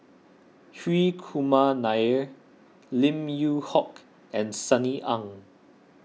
Hri Kumar Nair Lim Yew Hock and Sunny Ang